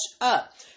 up